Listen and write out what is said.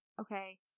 okay